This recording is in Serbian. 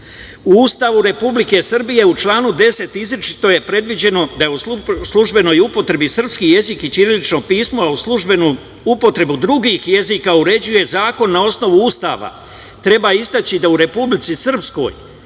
Ustavu Republike Srbije, u članu 10. izričito je predviđeno da je u službenoj upotrebi srpski jezik i ćirilično pismo, a u službenom upotrebu drugih jezika uređuje zakon na osnovu Ustava. Treba istaći da u Republici Srpskoj,